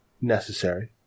necessary